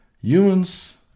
Humans